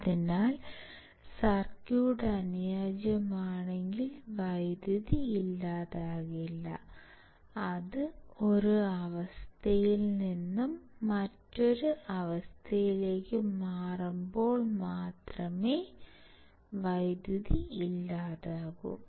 അതിനാൽ സർക്യൂട്ട് അനുയോജ്യമാണെങ്കിൽ വൈദ്യുതി ഇല്ലാതാകില്ല അത് ഒരു അവസ്ഥയിൽനിന്ന് മറ്റൊരു അവസ്ഥയിലേക്ക് മാറുമ്പോൾ മാത്രമേ വൈദ്യുതി ഇല്ലാതാകൂ